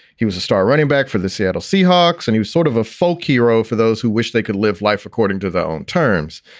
he was a star running back for the seattle seahawks. and he's sort of a folk hero for those who wish they could live life according to their own terms.